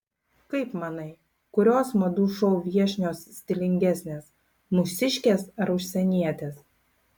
kaip manai kurios madų šou viešnios stilingesnės mūsiškės ar užsienietės